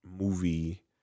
movie